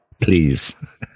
Please